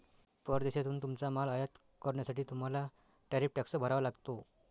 परदेशातून तुमचा माल आयात करण्यासाठी तुम्हाला टॅरिफ टॅक्स भरावा लागतो